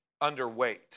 underweight